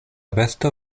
besto